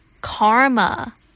karma